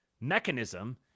mechanism